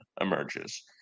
emerges